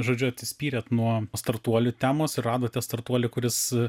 žodžiu atsispyrėte nuo startuolių temos ir radote startuolį kuris